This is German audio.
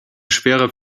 schwerer